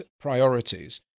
priorities